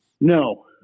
No